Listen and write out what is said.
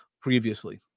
previously